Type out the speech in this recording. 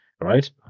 right